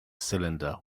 cylinder